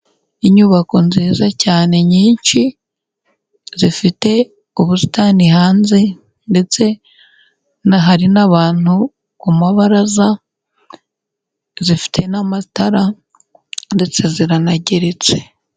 Inyubako nziza cyane nyinshi. Zifite ubusitani hanze, ndetse nahari n'abantu ku mabaraza. zifite n'amatara, ndetse ziranageretse.